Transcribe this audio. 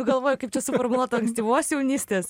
galvoju kaip čia suformuluot tą mintį ankstyvos jaunystės